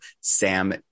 Sam